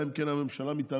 אלא אם כן הממשלה מתערבת.